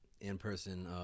in-person